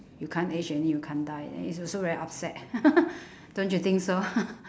you can't age and then you can't die and it's also very upset don't you think so